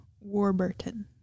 Warburton